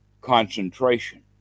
concentration